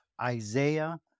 Isaiah